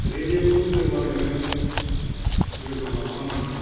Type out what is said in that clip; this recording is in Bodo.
रेदिय'खौ जेब्ला जोङो लोगोआव लाफानानै